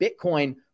Bitcoin